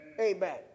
Amen